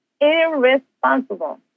Irresponsible